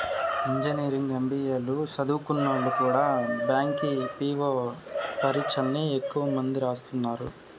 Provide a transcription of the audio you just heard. engineering, MBA లు సదుంకున్నోల్లు కూడా బ్యాంకి పీ.వో పరీచ్చల్ని ఎక్కువ మంది రాస్తున్నారు